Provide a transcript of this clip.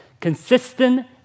Consistent